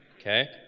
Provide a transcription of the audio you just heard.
okay